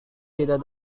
tidak